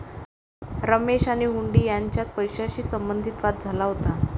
रमेश आणि हुंडी यांच्यात पैशाशी संबंधित वाद झाला होता